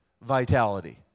vitality